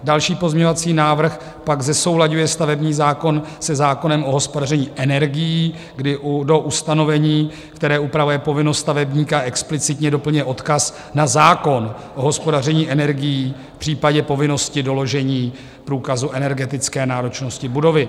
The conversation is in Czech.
Další pozměňovací návrh pak dává do souladu stavební zákon se zákonem o hospodaření energií, kdy do ustanovení, které upravuje povinnost stavebníka, explicitně doplňuje odkaz na zákon o hospodaření energií v případě povinnosti doložení průkazu energetické náročnosti budovy.